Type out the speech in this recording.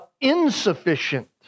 insufficient